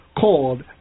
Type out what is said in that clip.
called